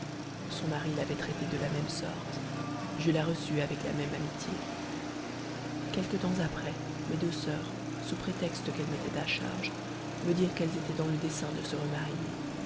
son mari l'avait traitée de la même sorte je la reçus avec la même amitié quelque temps après mes deux soeurs sous prétexte qu'elles m'étaient à charge me dirent qu'elles étaient dans le dessein de se remarier